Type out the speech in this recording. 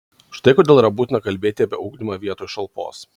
štai kodėl yra būtina kalbėti apie ugdymą vietoj šalpos